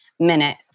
minute